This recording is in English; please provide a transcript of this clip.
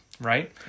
right